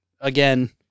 again